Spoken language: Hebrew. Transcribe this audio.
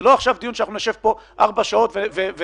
זה לא דיון שנשב בו במשך ארבע שעות ונדבר.